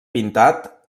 pintat